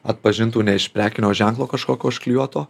atpažintų ne iš prekinio ženklo kažkokio užklijuoto